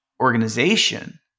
organization